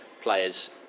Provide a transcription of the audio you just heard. players